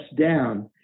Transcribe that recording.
down